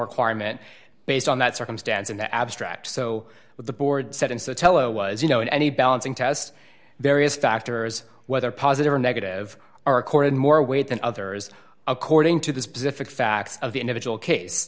climate based on that circumstance in the abstract so with the board set in so tell it was you know in any balancing test various factors whether positive or negative are accorded more weight than others according to the specific facts of the individual case